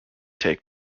take